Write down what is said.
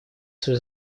свою